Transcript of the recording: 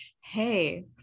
hey